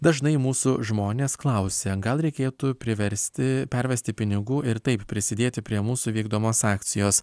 dažnai mūsų žmonės klausia gal reikėtų priversti pervesti pinigų ir taip prisidėti prie mūsų vykdomos akcijos